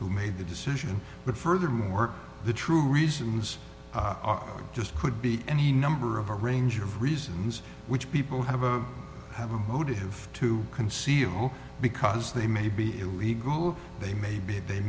who made the decision but furthermore the true reasons just could be any number of a range of reasons which people have of have a motive to conceal because they may be illegal they may be they